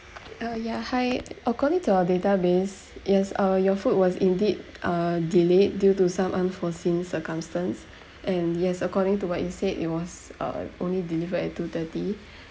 oh yeah hi according to our database yes uh your food was indeed uh delayed due to some unforeseen circumstance and yes according to what you said it was err only delivered at two-thirty